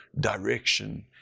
direction